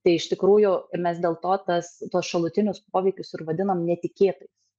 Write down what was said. tai iš tikrųjų mes dėl to tas tuos šalutinius poveikius ir vadinam netikėtais